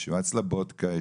ישיבת סלבודקה,